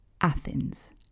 Athens